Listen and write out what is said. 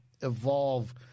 evolve